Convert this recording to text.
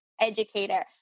educator